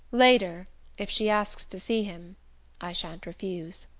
later if she asks to see him i shan't refuse.